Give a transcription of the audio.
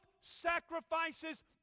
sacrifices